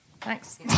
Thanks